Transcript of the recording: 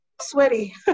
sweaty